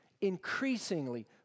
increasingly